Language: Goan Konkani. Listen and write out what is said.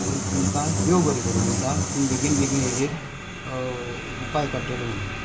आनी तुमकां देव बरें करूं म्हणटा तुमी बेगीन बेगीन हेजेर उपाय काडटले म्हणून